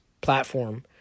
platform